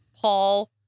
Paul